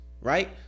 right